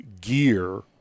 gear